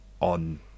on